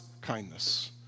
kindness